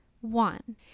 One